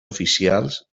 oficials